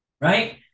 Right